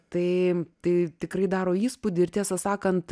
tai tai tikrai daro įspūdį ir tiesą sakant